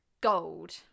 gold